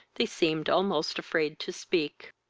they seemed almost afraid to speak.